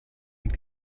und